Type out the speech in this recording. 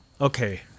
Okay